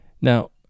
Now